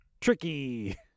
tricky